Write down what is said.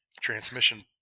Transmission